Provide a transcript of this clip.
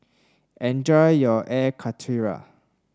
enjoy your Air Karthira